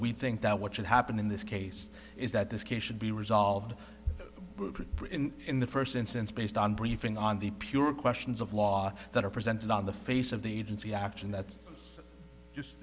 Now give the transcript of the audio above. we think that what should happen in this case is that this case should be resolved in the first instance based on briefing on the pure questions of law that are presented on the face of the agency action that's just